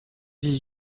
dix